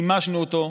חימשנו אותו,